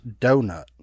donut